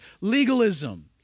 legalism